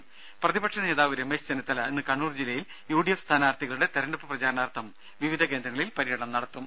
രംഭ പ്രതിപക്ഷ നേതാവ് രമേശ് ചെന്നിത്തല ഇന്ന് കണ്ണൂർ ജില്ലയിൽ യുഡിഎഫ് സ്ഥാനാർത്ഥികളുടെ തെരഞ്ഞെടുപ്പ് പ്രചരണാർത്ഥം വിവിധ കേന്ദ്രങ്ങളിൽ പര്യടനം നടത്തും